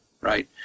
right